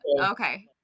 Okay